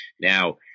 Now